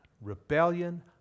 rebellion